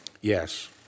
Yes